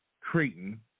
Creighton